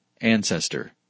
ancestor